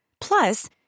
Plus